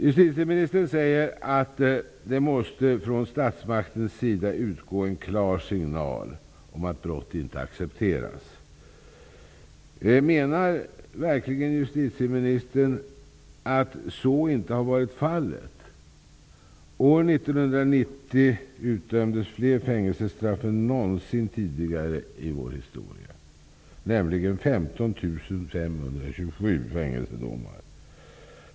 Justitieministern säger att det måste från statsmakternas sida utgå en klar signal om att brott inte accepteras. Menar verkligen justitieministern att så inte har varit fallet? År 1990 utdömdes fler fängelsestraff än någonsin tidigare i historien, nämligen 15 527 fängelsedomar.